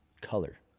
color